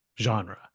genre